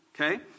okay